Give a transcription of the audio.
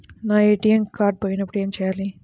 నా ATM card పోయినప్పుడు ఏమి చేయాలి?